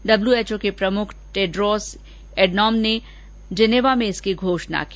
WHO के प्रमुख Tedros Adhanom ने जिनेवा में इसकी घोषणा की